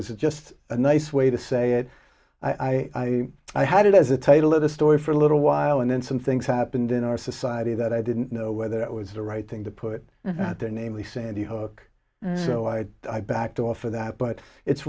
was just a nice way to say it i i i had it as the title of the story for a little while and then some things happened in our society that i didn't know whether it was the right thing to put out there namely sandy hook so i backed off of that but it's